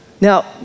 Now